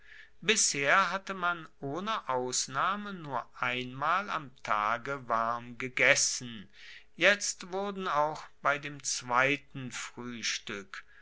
bisher hatte man ohne ausnahme nur einmal am tage warm gegessen jetzt wurden auch bei dem zweiten